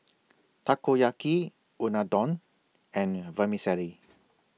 Takoyaki Unadon and Vermicelli